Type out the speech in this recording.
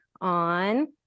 on